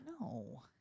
No